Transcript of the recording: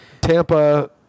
Tampa